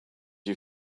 you